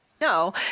no